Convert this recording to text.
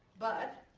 but,